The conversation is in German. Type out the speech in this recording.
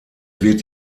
wird